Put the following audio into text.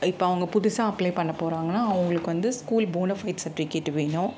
இப்போ அவங்க புதுசாக அப்ளை பண்ண போறாங்கன்னா அவங்களுக்கு வந்த ஸ்கூல் போனஃபைட் சர்டிவிகேட் வேணும்